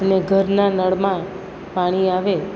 અને ઘરના નળમાં પાણી આવે